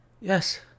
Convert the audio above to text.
Yes